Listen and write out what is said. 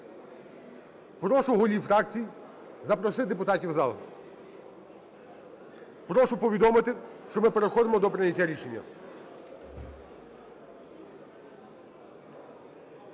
Прошу голів фракцій запросити депутатів в зал. Прошу повідомити, що ми переходимо до прийняття рішення.